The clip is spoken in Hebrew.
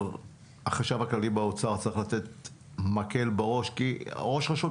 בנושא זה החשב הכללי באוצר צריך לתת מקל בראש כי ראש רשות